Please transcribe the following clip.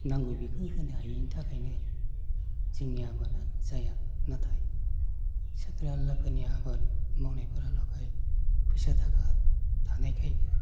नांगौ बिखौ होनो हायिनि थाखायनो जोंनि आबादा जाया नाथाय साख्रि आवलाफोरनि आबाद मावनायफोरा नाथाय फैसा थाखा थानायखाय